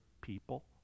people